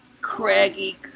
craggy